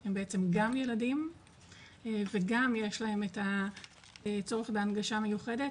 הם בעצם גם ילדים וגם יש להם את הצורך בהנגשה מיוחדת.